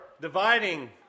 dividing